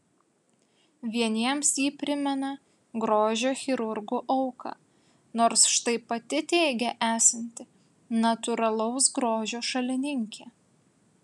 vieniems ji primena grožio chirurgų auką nors štai pati teigia esanti natūralaus grožio šalininkė